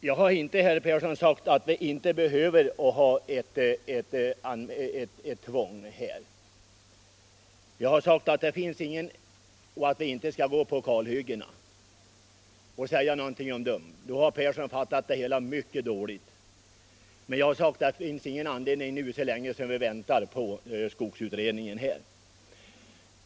Jag har inte heller sagt att tvång inte behövs beträffande kalhyggena, det har herr Persson helt missuppfattat. Jag har sagt att det finns ingen anledning att införa anmälningsplikt på alla avverkningar så länge vi väntar på skogsutredningens förslag.